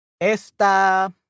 esta